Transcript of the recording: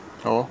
oh